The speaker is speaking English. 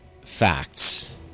facts